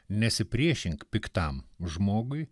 nesipriešink piktam žmogui